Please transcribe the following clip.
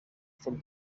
from